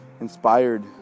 inspired